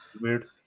Weird